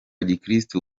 gikristu